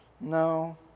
No